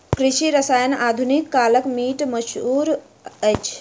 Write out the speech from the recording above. कृषि रसायन आधुनिक कालक मीठ माहुर अछि